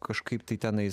kažkaip tai tenais